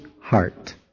heart